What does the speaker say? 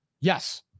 yes